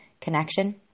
connection